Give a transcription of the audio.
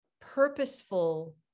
purposeful